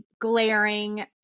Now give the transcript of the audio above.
glaring